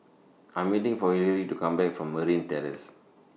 I'm waiting For Hillary to Come Back from Merryn Terrace